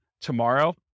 tomorrow